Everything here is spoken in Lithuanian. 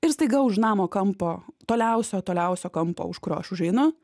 ir staiga už namo kampo toliausio toliausio kampo už kurio aš užeinu